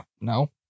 No